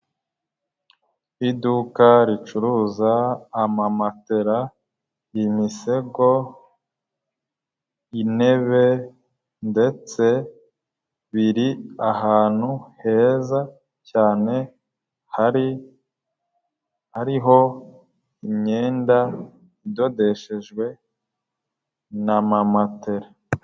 Iduka ricuruza amamatera, imisego, intebe ndetse biri ahantu heza cyane hariho imyenda idodeshejwe n'amamatera.